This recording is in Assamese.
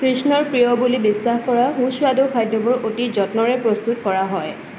কৃষ্ণৰ প্ৰিয় বুলি বিশ্বাস কৰা সুস্বাদু খাদ্যবোৰ অতি যত্নৰে প্ৰস্তুত কৰা হয়